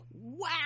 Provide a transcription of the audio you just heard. wow